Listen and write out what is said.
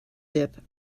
dip